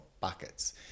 buckets